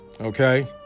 okay